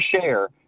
share